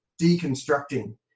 deconstructing